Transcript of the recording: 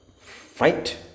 fight